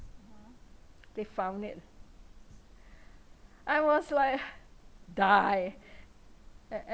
they found it I was like die am am